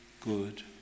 good